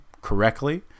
correctly